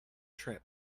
trip